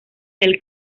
del